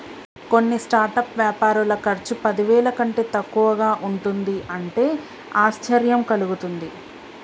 కొన్ని స్టార్టప్ వ్యాపారుల ఖర్చు పదివేల కంటే తక్కువగా ఉంటుంది అంటే ఆశ్చర్యం కలుగుతుంది